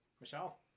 Michelle